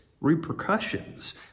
repercussions